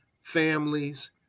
families